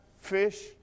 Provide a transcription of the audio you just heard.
fish